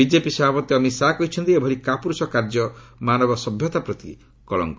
ବିଟ୍ଟେପି ସଭାପତି ଅମିତ ଶାହା କହିଛନ୍ତି ଏଭଳି କାପୁରୁଷ କାର୍ଯ୍ୟ ମାନବ ସଭ୍ୟତା ପ୍ରତି କଳଙ୍କ